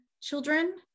children